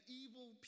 evil